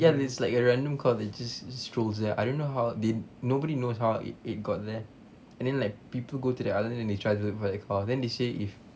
ya it's like a random cow that just stroll there I don't know how they nobody knows how it it got there and then like people go to the island and they tried to look for the cow then they say if